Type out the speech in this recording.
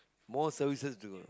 most services to go